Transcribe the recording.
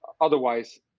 Otherwise